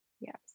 Yes